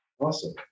Awesome